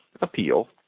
appeal